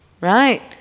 right